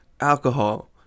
alcohol